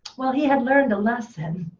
well, he had learned a lesson.